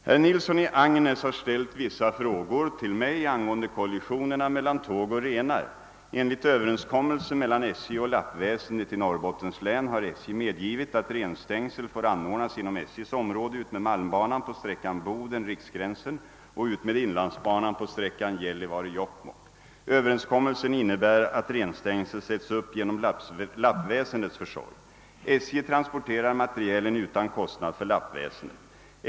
Herr talman! Herr Nilsson i Agnäs har ställt vissa frågor till mig angående kollisionerna mellan tåg och renar. Enligt överenskommelse mellan SJ och lappväsendet i Norrbottens län har SJ medgivit, att renstängsel får anordnas inom SJ:s område utmed malmbanan på sträckan Boden—Riksgränsen och utmed inlandsbanan på sträckan Gällivare—Jokkmokk. Överenskommelsen innebär att renstängsel sätts upp genom lappväsendets försorg. SJ transporterar materielen utan kostnad för lappväsendet.